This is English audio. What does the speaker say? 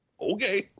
Okay